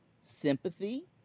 sympathy